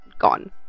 gone